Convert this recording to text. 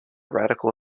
radical